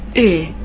a